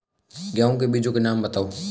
गेहूँ के बीजों के नाम बताओ?